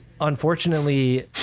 unfortunately